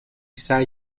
سعی